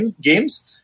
games